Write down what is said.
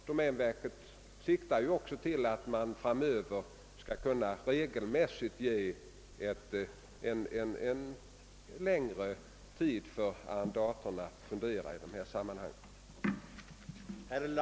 Domänverket siktar ju också till att framöver regelmässigt kunna ge arrendatorn längre tid att fundera.